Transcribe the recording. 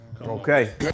Okay